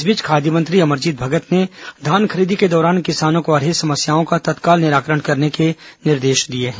इस बीच खाद्य मंत्री अमरजीत भगत ने धान खरीदी के दौरान किसानों को आ रही समस्याओं का तत्काल निराकरण करने के निर्देश दिए हैं